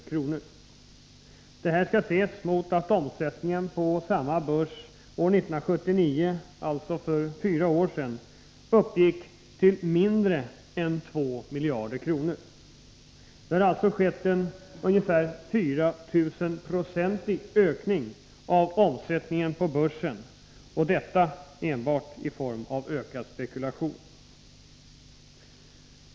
Detta skall ses mot bakgrund av att omsättningen på samma börs 1979, för fyra år sedan, uppgick till mindre än 2 miljarder kronor. Det har alltså skett en ca 4 000-procentig ökning av omsättningen på börsen — och detta enbart i form av ökad spekulation.